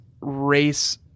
race